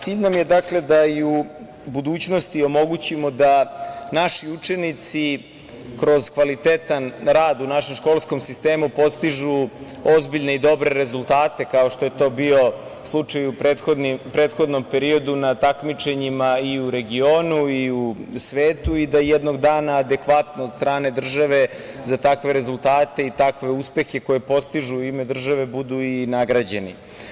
Cilj nam je da i u budućnosti omogućimo da naši učenici kroz kvalitetan rad u našem školskom sistemu postižu ozbiljne i dobre rezultate, kao što je to bio slučaj u prethodnom periodu, na takmičenjima i u regionu i u svetu, i da jednog dana adekvatno od strane države za takve rezultate i takve uspehe koje postižu u ime države budu i nagrađeni.